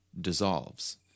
dissolves